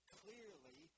clearly